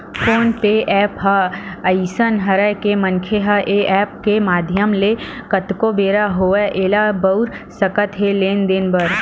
phone पे app ह अइसन हरय के मनखे ह ऐ ऐप के माधियम ले कतको बेरा होवय ऐला बउर सकत हे लेन देन बर